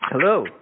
Hello